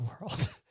world